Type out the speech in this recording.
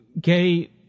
gay